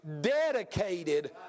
dedicated